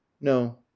No